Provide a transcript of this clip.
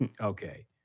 Okay